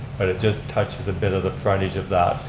but it just touches a bit of the frontage of that.